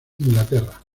inglaterra